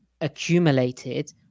accumulated